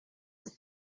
that